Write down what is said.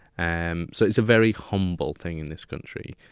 and so it's a very humble thing in this country.